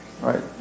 right